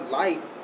life